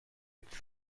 its